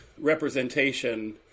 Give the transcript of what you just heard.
representation